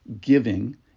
giving